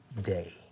day